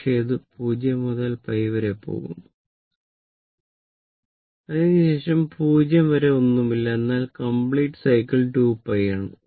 പക്ഷേ അത് 0 മുതൽ π വരെ പോകുന്നു അതിനുശേഷം 0 വരെ ഒന്നുമില്ല എന്നാൽ കമ്പ്ലീറ്റ് സൈക്കിൾ 2π ആണ്